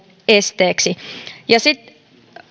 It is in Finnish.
esteeksi